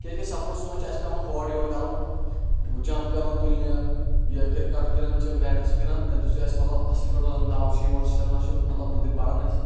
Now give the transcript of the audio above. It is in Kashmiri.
کیازِ کہِ سُپورٹسس منٛز چھُ اسہِ پیٚوان ہورٕ یورٕ کرُن جنپ پیوان تُلنہِ کِرکَٹ گنٛدان چھِ بیٹس چھِ گنٛدان تَمہِ سۭتۍ چھُ اَسہِ مطلب اَصٕل پٲٹھۍ روزان دو چھُ یِوان سِٹیمنا چھُ مطلب أنٛدرۍ بڑان اسہِ